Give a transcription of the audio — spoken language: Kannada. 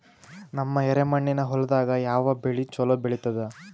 ನಮ್ಮ ಎರೆಮಣ್ಣಿನ ಹೊಲದಾಗ ಯಾವ ಬೆಳಿ ಚಲೋ ಬೆಳಿತದ?